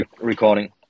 recording